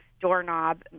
doorknob